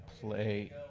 play